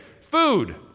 Food